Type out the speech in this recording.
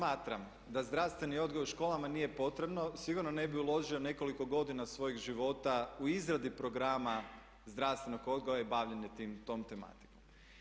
Ja smatram da zdravstveni odgoj u školama nije potrebno sigurno ne bi uložio nekoliko godina svojeg života u izradi programa zdravstvenog odgoja i bavljenjem tom tematikom.